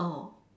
oh